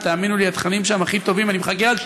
אומר: אני רוצה לנצל את ההזדמנות לשאול.